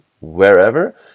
wherever